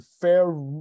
fair